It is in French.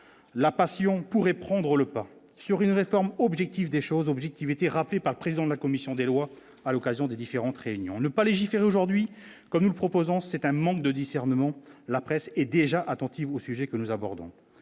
la passion pourrait prendre le pas sur une réforme objectif des choses objectivité rappelée par le président de la commission des lois à l'occasion des différentes réunions ne pas légiférer aujourd'hui comme nous le proposons, c'est un manque de discernement, la presse est déjà attentive au sujet que nous abordons